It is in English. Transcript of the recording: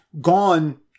gone